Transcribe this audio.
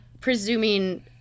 presuming